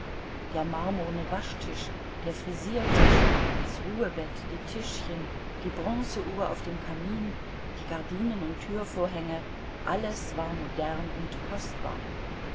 der marmorne waschtisch der frisiertisch das ruhebett die tischchen die bronze uhr auf dem kamin die gardinen und türvorhänge alles war modern und kostbar